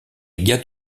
guerre